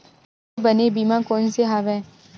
सबले बने बीमा कोन से हवय?